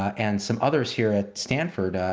and some others here at stanford,